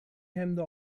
hemden